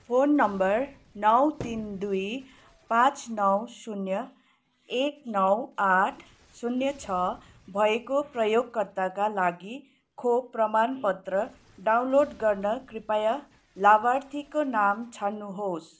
phone number नौ तिन दुई पाँच नौ शुन्य एक नौ आठ शुन्य छ भएको प्रयोगकर्ताका लागि खोप प्रमाणपत्र डाउनलोड गर्न कृपया लाभार्थीको नाम छान्नुहोस्